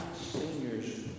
seniors